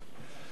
הצעת החוק,